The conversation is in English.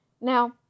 Now